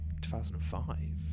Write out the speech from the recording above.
2005